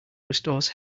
restores